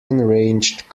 enraged